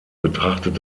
betrachtet